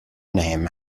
name